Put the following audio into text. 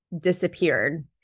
disappeared